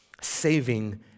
saving